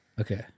Okay